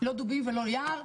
לא דובים ולא יער,